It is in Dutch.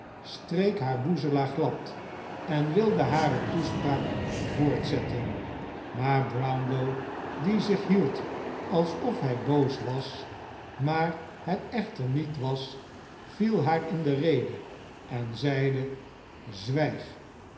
streek haar boezelaar glad en wilde hare toespraak voortzetten maar brownlow die zich hield alsof hij boos was maar het echter niet was viel haar in de rede en zeide zwijg